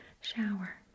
Shower